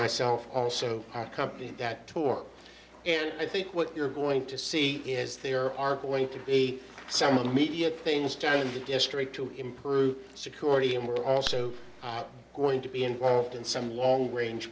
myself also a company that tour and i think what you're going to see is there are going to be some other media things down in the district to improve security and we're also going to be involved in some long range